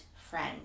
friend